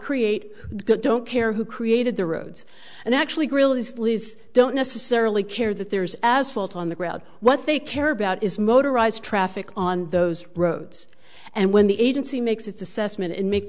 create good don't care who created the roads and actually grilli sleeze don't necessarily care that there's as fault on the ground what they care about is motorised traffic on those roads and when the agency makes its assessment and make